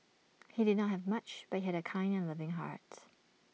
he did not have much but he had A kind and loving heart